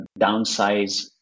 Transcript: downsize